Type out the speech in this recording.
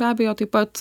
be abejo taip pat